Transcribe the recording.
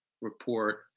report